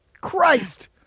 Christ